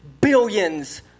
Billions